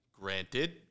Granted